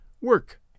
Work